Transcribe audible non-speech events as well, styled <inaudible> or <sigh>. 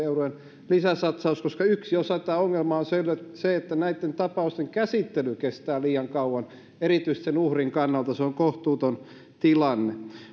<unintelligible> eurojen lisäsatsaus koska yksi osa tätä ongelmaa on se että näitten tapausten käsittely kestää liian kauan erityisesti uhrin kannalta se on kohtuuton tilanne